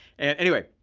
and anyway,